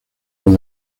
los